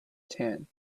tent